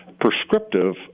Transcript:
prescriptive